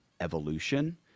evolution